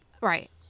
right